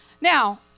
Now